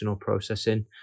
processing